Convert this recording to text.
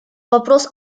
вопрос